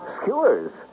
Skewers